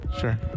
Sure